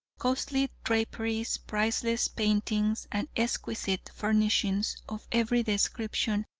costly draperies, priceless paintings, and exquisite furnishings of every description,